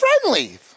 friendly